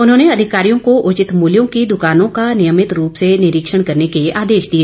उन्होंने अधिकारियों को उचित मूल्यों की दुकानों का नियमित रूप से निरीक्षण करने के आदेश दिए